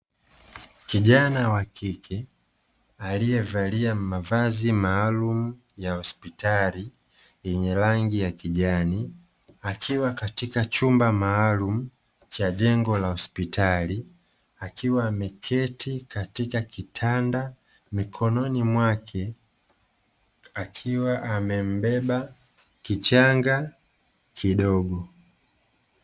Kijana wa kike aliyevalia mavazi maalumu ya hospitali yenye rangi ya kijani, akiwa katika chumba maalumu cha jengo la hospitali akiwa ameketi katika kitanda mikononi mwake akiwa amembeba kichanga kidogo.